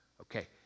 okay